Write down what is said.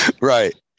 right